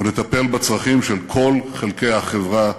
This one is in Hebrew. ולטפל בצרכים של כל חלקי החברה בישראל,